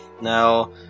Now